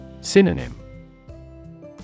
Synonym